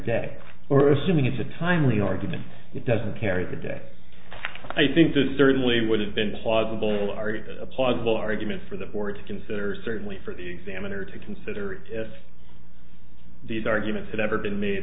day or assuming it's a timely argument it doesn't carry the day i think that certainly would have been plausible argument a plausible argument for the board to consider certainly for the examiner to consider it as these arguments had ever been made